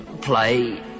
Play